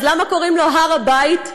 אז למה קוראים לו הר הבית,